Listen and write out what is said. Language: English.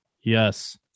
Yes